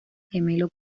gemelo